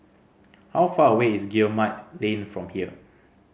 how far away is Guillemard Lane from here